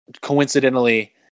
coincidentally